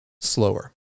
slower